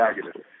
negative